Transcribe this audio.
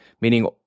meaning